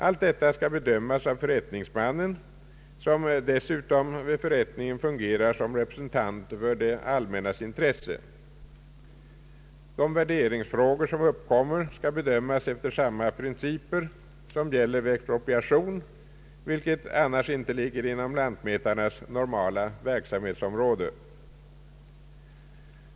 Allt detta skall bedömas av förrättningsmannen, som dessutom vid förrättningen fungerar som representant för det allmännas intresse. De värderingsfrågor som uppkommer skall bedömas efter samma principer som gäller vid expropriation, vilket annars inte ligger inom lantmätarnas normala verksamhetsområde.